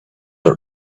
our